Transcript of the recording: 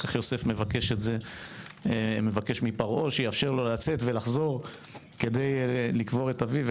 בהמשך יוסף מבקש מפרעה שיאפשר לו לצאת ולחזור כדי למלא את צוואת אביו.